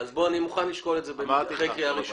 אני מוכן לשקול את זה אחרי קריאה ראשונה.